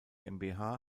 gmbh